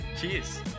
Cheers